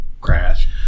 crash